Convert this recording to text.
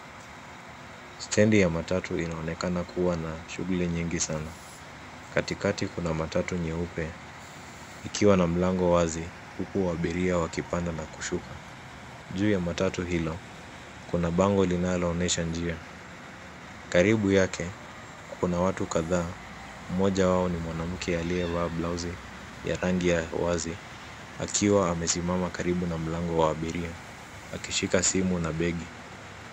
Stendi ya matatu inaonekana kuwa na shughuli nyingi sana. Katikati kuna matatu nyeupe ikiwa na mlango wazi huku abiria wakipanda na kushuka. Juu ya matatu hilo kuna bango linaloonyesha njia. Karibu yake kuna watu kadhaa, mmoja wao ni mwanamke aliyevaa blausi ya rangi ya wazi akiwa amesimama karibu na mlango wa abiria akishika simu na begi.